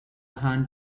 hand